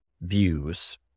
views